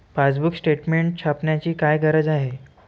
Passbook statement छापण्याची काय गरज आहे?